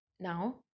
Now